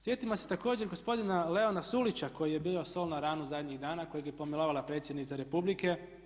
Sjetimo se također gospodina Leona Sulića koji je bio sol na ranu zadnjih dana kojeg je pomilovala predsjednica Republike.